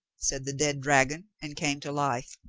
said the dead dragon and came to life.